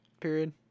period